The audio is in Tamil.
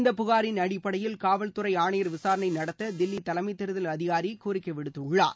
இந்த புகாரின் அடிப்படையில் காவல்துறை ஆணையரிடம் விசாரணை நடத்த தில்லி தலைமை தேர்தல் அதிகாரி கோரிக்கை விடுத்துள்ளார்